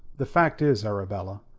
the fact is, arabella,